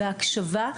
בהקשבה,